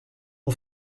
mon